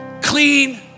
clean